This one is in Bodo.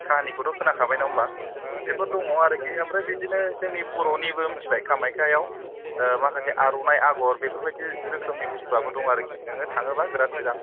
खाहानिखौथ' खोनाखाबाय नङा होनबा बेफोर दङ आरोखि ओमफ्राइ बिदिनो जोंनि बर'निबो मिनथिबाय कामायख्याव माखासे आरनाय आगर बेफोर बायदि रोखोमनि बुस्थुवाबो दङ आरोखि नोङो थाङोबा बिराद मोजां